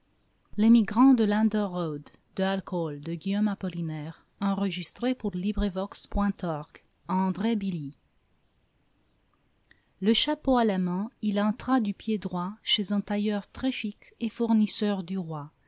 l'émigrant de landor road à andré billy le chapeau à la main il entra du pied droit chez un tailleur très chic et fournisseur du roi